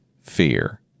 fear